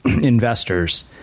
investors